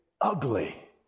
ugly